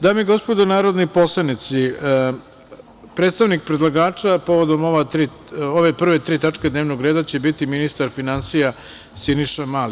Dame i gospodo narodni poslanici, predstavnik predlagača povodom ove prve tri tačke dnevnog reda će biti ministar finansija Siniša Mali.